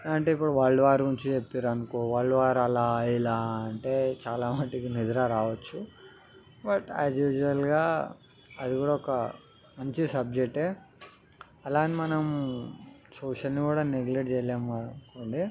అంటే ఇప్పుడు world war గురించి చేపిర్రు అనుకో వరల్డ్ వార్ అలా ఇలా అంటే చాలా మటుకి నిద్ర రావచ్చు బట్ ఆస్ యూజువల్గా అది కూడా ఒక మంచి సబ్జెక్టే అలా అని మనం సోషల్ని కూడా నెగ్లెట్ చేయలేము మనం అంటే